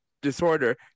disorder